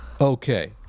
okay